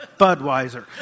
Budweiser